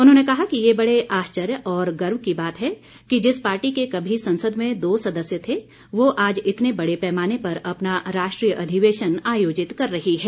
उन्होंने कहा कि ये बड़े आश्चर्य और गर्व की बात है कि जिस पार्टी के कभी संसद में दो सदस्य थे वह आज इतने बड़े पैमाने पर अपना राष्ट्रीय अधिवेशन आयोजित कर रही है